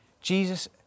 Jesus